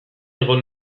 egon